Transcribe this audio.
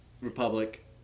Republic